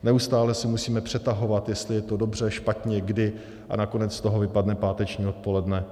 Neustále se musíme přetahovat, jestli je to dobře, špatně, kdy, a nakonec z toho vypadne páteční odpoledne.